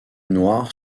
noire